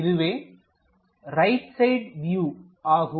இதுவே right side view ஆகும்